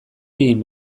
egin